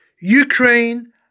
Ukraine